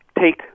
take